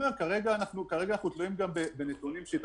כרגע אנחנו נמצאים ב-3